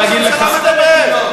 אז על איזה שתי מדינות מדובר?